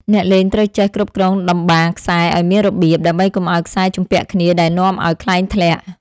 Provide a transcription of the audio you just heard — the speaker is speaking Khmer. អ្នកលេងត្រូវចេះគ្រប់គ្រងតម្បារខ្សែឱ្យមានរបៀប ដើម្បីកុំឱ្យខ្សែជំពាក់គ្នាដែលនាំឱ្យខ្លែងធ្លាក់។